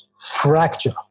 fracture